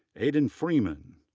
aidan freeman,